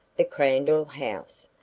the crandell house,